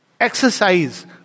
exercise